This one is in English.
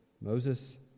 Moses